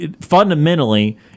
Fundamentally